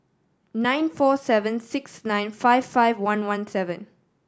nine four seven six nine five five one one seven